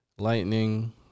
Lightning